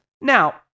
Now